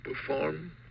perform